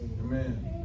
Amen